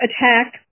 attack